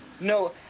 No